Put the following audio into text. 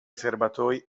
serbatoi